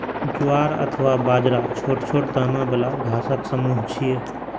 ज्वार अथवा बाजरा छोट छोट दाना बला घासक समूह छियै